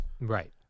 Right